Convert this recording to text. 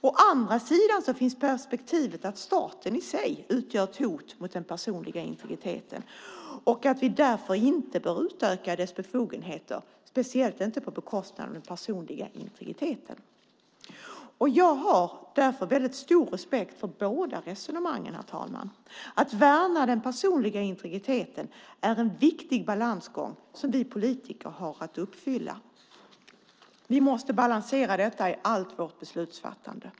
Å andra sidan finns perspektivet att staten i sig utgör ett hot mot den personliga integriteten och att vi därför inte bör utöka dess befogenheter, speciellt inte på bekostnad av den personliga integriteten. Jag har därför väldigt stor respekt för båda resonemangen, herr talman. Att värna den personliga integriteten är en viktig balansgång. Detta har vi politiker att uppfylla. Vi måste balansera detta i allt vårt beslutsfattande.